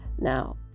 Now